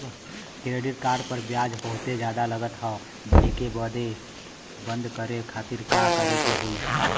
Credit card पर ब्याज बहुते ज्यादा लगत ह एके बंद करे खातिर का करे के होई?